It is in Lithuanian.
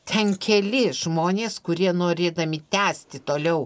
ten keli žmonės kurie norėdami tęsti toliau